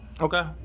Okay